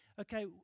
okay